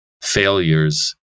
failures